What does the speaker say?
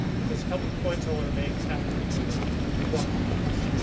but there's a couple of points i want to make after we kind of walk through this.